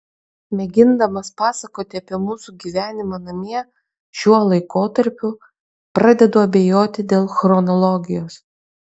mėgindamas pasakoti apie mūsų gyvenimą namie šiuo laikotarpiu pradedu abejoti dėl chronologijos